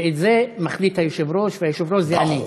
שאת זה מחליט היושב-ראש, והיושב-ראש זה אני.